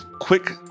quick